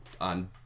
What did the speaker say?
on